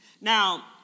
Now